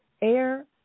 air